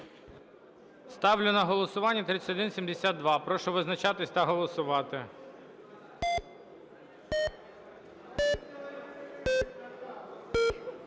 Ставлю на голосування 3172. Прошу визначатись та голосувати.